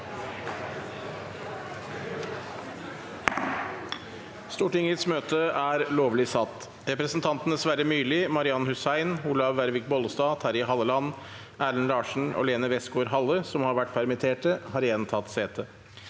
Presidenten Representantene Sverre Myrli, Marian Hussein, Olaug Vervik Bollestad, Terje Halleland, Erlend Larsen og Lene Westgaard-Halle, som har vært permittert, har igjen tatt sete.